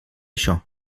això